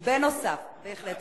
בנוסף, בהחלט.